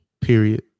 Period